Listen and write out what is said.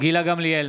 גילה גמליאל,